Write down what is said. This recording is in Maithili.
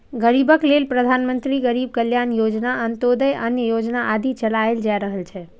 गरीबक लेल प्रधानमंत्री गरीब कल्याण योजना, अंत्योदय अन्न योजना आदि चलाएल जा रहल छै